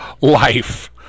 life